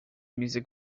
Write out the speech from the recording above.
music